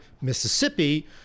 Mississippi